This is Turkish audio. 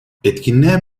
etkinliğe